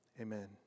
amen